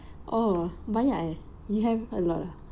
oh banyak eh you have a lot ah